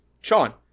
Sean